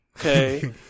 Okay